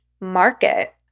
Market